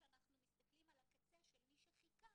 כשאנחנו מסתכלים על הקצה של מי שחיכה,